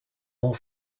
more